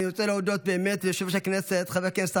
אני רוצה להודות ליושב-ראש הכנסת חבר הכנסת